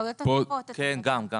זכאויות --- כן, גם.